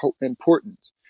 important